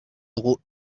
euros